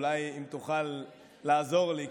אולי תוכל לעזור לי,